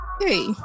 hey